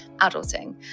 Adulting